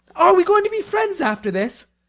are we going to be friends after this?